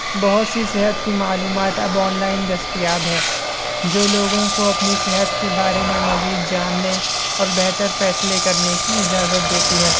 بہت سی صحت کی معلومات اب آن لائن دستیاب ہے جو لوگوں کو اپنی صحت کے بارے میں مزید جاننے اور بہتر فیصلے کرنے کی اجازت دیتی ہے